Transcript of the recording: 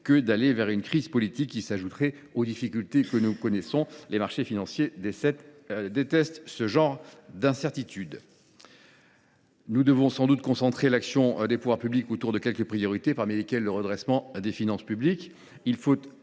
car aller vers une crise politique qui s’ajouterait aux difficultés actuelles serait prendre un bien grand risque : les marchés financiers détestent ce genre d’incertitudes. Nous devons sans doute concentrer l’action des pouvoirs publics autour de quelques priorités, parmi lesquelles le redressement des finances publiques.